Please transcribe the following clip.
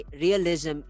realism